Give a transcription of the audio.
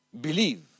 believe